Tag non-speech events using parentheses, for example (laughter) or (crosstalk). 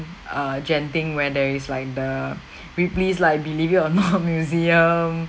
err genting where there is like the (breath) ripley's like believe it or (laughs) not museum